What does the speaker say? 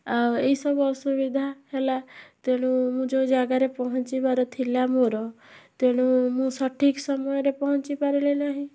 ଆଉ ଏହିସବୁ ଅସୁବିଧା ହେଲା ତେଣୁ ମୁଁ ଯେଉଁ ଜାଗାରେ ପହଞ୍ଚିବାର ଥିଲା ମୋର ତେଣୁ ମୁଁ ସଠିକ୍ ସମୟରେ ପହଞ୍ଚିପାରିଲି ନାହିଁ